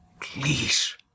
please